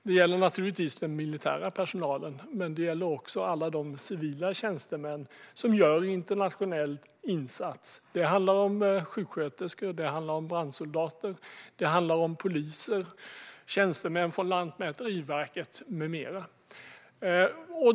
Det gäller naturligtvis den militära personalen, men det gäller också alla de civila tjänstemän som gör en internationell insats. Det handlar om sjuksköterskor, det handlar om brandsoldater och det handlar om poliser och om tjänstemän från Lantmäteriet med mera.